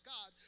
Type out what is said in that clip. God